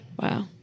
Wow